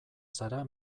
zara